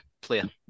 Player